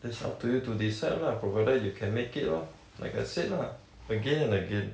that's up to you to decide lah provided you can make it lor like I said lah again and again